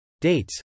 Dates